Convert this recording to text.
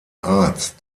arzt